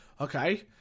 okay